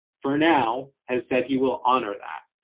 for now, has said he will honor that.